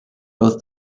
both